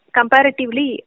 Comparatively